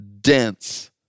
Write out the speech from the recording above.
dense